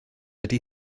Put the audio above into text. ydy